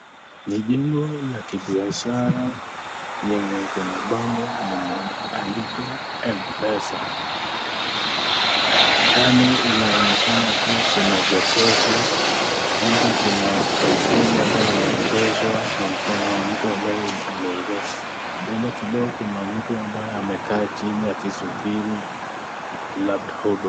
Ni jengo la kibiashara yenye iko na bango limeandikwa mpesa. Ndani inaonekana kuwa kuna jogoo huu nje kuna baiskeli ambayo imeegeshwa na mkono wa mtu ambayo ameegesha. Mbele kidogo kuna mtu ambaye amekaa chini akisubiri labda huduma.